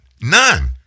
None